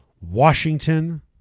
Washington